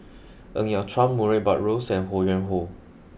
Ng Yat Chuan Murray Buttrose and Ho Yuen Hoe